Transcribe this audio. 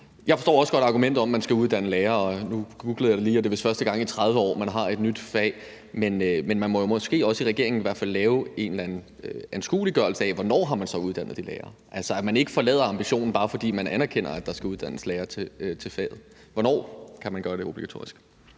Jeg forstår også godt argumentet om, at man skal uddannne lærere. Nu googlede jeg det lige, og det er vist første gang i 30 år, man har et nyt fag. Men man måske også i regeringen i hvert fald lave en eller anden anskueliggørelse af, hvornår man så har uddannet de lærere, altså at man ikke forlader ambitionen, bare fordi man anerkender, at der skal uddannes lærere til faget. Hvornår kan man gøre det obligatorisk?